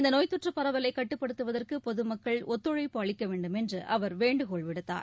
இந்த நோய் தொற்று பரவலை கட்டுப்படுத்துவதற்கு பொதுமக்கள் ஒத்துழைப்பு அளிக்கவேண்டும் என்று அவர் வேண்டுகோள் விடுத்தார்